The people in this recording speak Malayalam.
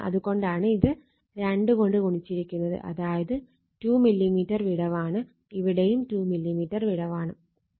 അത് കൊണ്ടാണ് ഇത് 2 കൊണ്ട് ഗുണിച്ചിരിക്കുന്നത് അതായത് 2 mm വിടവ് ആണ് ഇവിടെയും 2 mm വിടവ് ആണ്